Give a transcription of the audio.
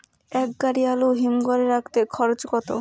এক গাড়ি আলু হিমঘরে রাখতে খরচ কত?